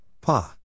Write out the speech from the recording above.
Pa